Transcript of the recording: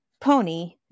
Pony